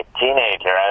teenager